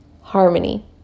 harmony